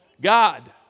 God